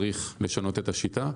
צריך לשנות את השיטה.